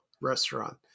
Restaurant